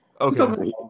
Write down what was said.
Okay